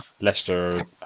Leicester